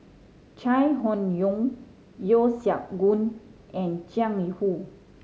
Chai Hon Yoong Yeo Siak Goon and Jiang Hu